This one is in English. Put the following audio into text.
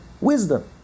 Wisdom